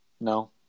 no